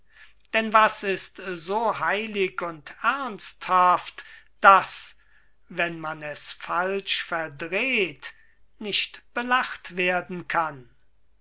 denn was ist so heilig und ernsthaft das wenn man es falsch verdreht nicht belacht werden kann